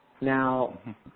Now